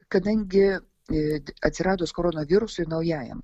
kadangi ir atsiradus koronavirusui naujajam